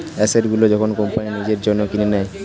asset গুলো যখন company নিজের জন্য কিনে নেয়